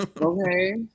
Okay